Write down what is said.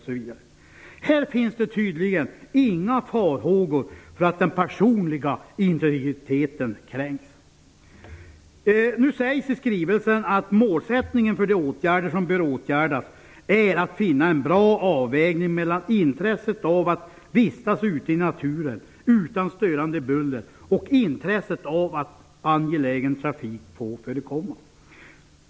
I det här fallet finns det tydligen inga farhågor för att den personliga integriteten kränks. I skrivelsen sägs det att målsättningen för de åtgärder som bör vidtas är att finna en bra avvägning mellan intresset av att vistas ute i naturen, utan störande buller, och intresset av att angelägen trafik får förekomma.